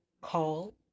call